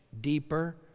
deeper